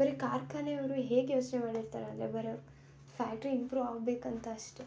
ಬರೀ ಕಾರ್ಖಾನೆ ಅವರು ಹೇಗೆ ಯೋಚನೆ ಮಾಡಿರ್ತಾರೆ ಅಂದರೆ ಬರೀ ಫ್ಯಾಕ್ಟ್ರಿ ಇಂಪ್ರು ಆಗಬೇಕಂತ ಅಷ್ಟೇ